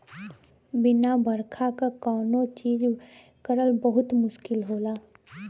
बिना बरखा क कौनो चीज करल बहुत मुस्किल होला